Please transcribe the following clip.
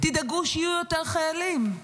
תדאגו שיהיו יותר חיילים,